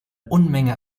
unmenge